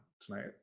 tonight